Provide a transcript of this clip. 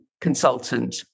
consultant